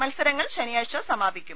മത്സരങ്ങൾ ശനിയാഴ്ച സമാപിക്കും